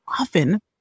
often